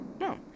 No